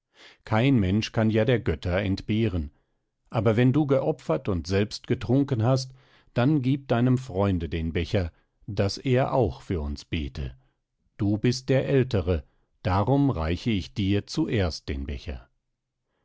kein mensch kann ja der götter entbehren aber wenn du geopfert und selbst getrunken hast dann gieb deinem freunde den becher daß er auch für uns bete du bist der ältere darum reiche ich dir zuerst den becher